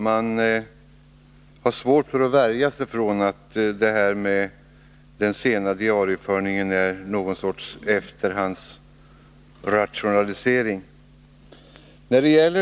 Man har svårt för att värja sig för tanken att den sena diarieföringen är ett slags efterhandskonstruktion.